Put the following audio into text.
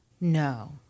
No